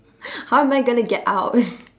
how am I going to get out